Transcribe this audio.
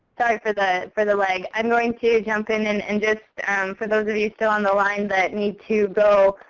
sorry for the for the lag. i'm going to jump in and and just, and for those of you still on the line that need to go,